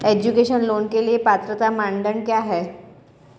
Education loan के लिए पात्रता मानदंड क्या है?